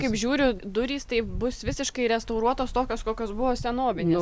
kaip žiūriu durys taip bus visiškai restauruotos tokios kokios buvo senovinės